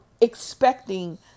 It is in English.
expecting